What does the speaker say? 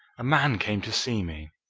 a man came to see me.